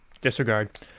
disregard